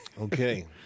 Okay